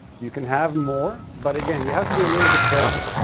you can have more, but again, you have to be a little bit careful.